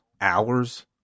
hours